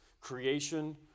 creation